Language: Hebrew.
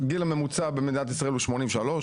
גיל הממוצע במדינת ישראל הוא 83,